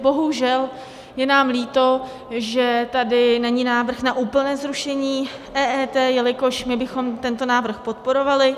Bohužel je nám líto, že tady není návrh na úplné zrušení EET, jelikož my bychom tento návrh podporovali.